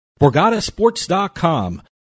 BorgataSports.com